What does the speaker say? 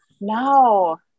No